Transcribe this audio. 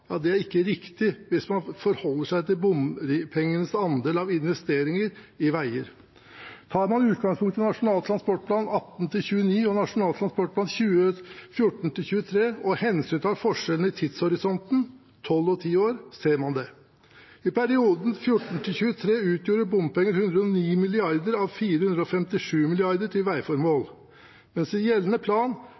Det er ikke riktig hvis man forholder seg til bompengenes andel av investeringer i veier. Tar man utgangspunkt i Nasjonal transportplan 2018–2029 og Nasjonal transportplan 2014–2023 og tar hensyn til forskjellen i tidshorisonten – tolv og ti år – ser man det. I perioden 2014–2023 utgjorde bompenger 109 mrd. kr av 457 mrd. kr til veiformål, mens det i gjeldende plan